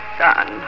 son